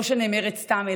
לא שנאמרת סתם,